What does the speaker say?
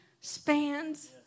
spans